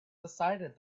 decided